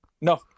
No